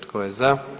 Tko je za?